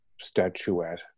statuette